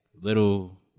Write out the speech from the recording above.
little